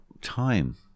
time